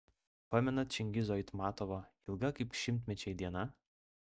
pamenat čingizo aitmatovo ilga kaip šimtmečiai diena